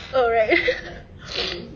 oh right